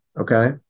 Okay